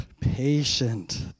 patient